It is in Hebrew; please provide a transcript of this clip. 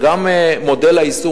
וגם מודל היישום,